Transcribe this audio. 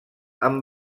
amb